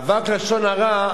אבק לשון הרע,